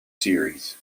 series